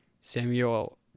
Samuel